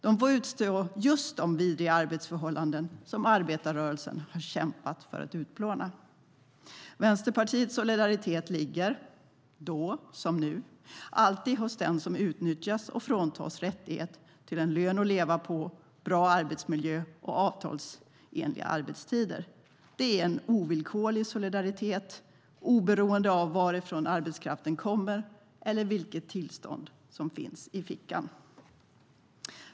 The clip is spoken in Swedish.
De får utstå just de vidriga arbetsförhållanden som arbetarrörelsen har kämpat för att utplåna. Vänsterpartiets solidaritet ligger, då som nu, alltid hos den som utnyttjas och fråntas rättighet till en lön att leva på, bra arbetsmiljö och avtalsenliga arbetstider. Det är en ovillkorlig solidaritet, oberoende av varifrån arbetskraften kommer eller vilket tillstånd som finns i fickan.